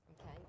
Okay